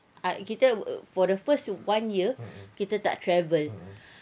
ah kita> for the first one year kita tak travel